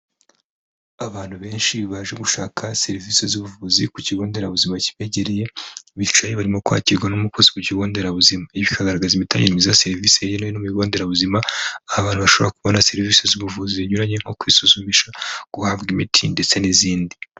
Abantu benshi baje gushaka serivisie z'ubuvuzi ku kigonderabuzima kibegereye bicaye barimo kwakirwa n'umukozi ku kigonderabuzima. Ibi bikagaragaza imitangire myiza ya serivise yewe hirya no hino mu bigonderabuzima. Aho abantu bashobora kubona serivise z'ubuvuzi zinyuranye nko kwisuzumisha, guhabwa imiti ndetse n'izindi.